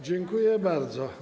Dziękuję bardzo.